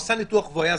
דובר: